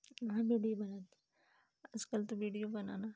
वहाँ विडियो बनाते है आजकल तो विडियो बनाना